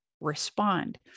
respond